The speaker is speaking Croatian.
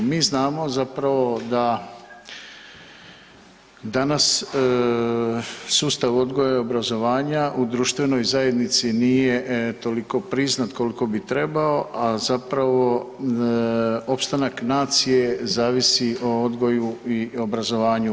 Mi znamo zapravo da danas sustav odgoja i obrazovanja u društvenoj zajednici nije toliko priznat koliko bi trebao, a zapravo opstanak nacije zavisi o odgoju i obrazovanju.